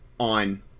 on